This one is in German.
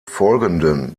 folgenden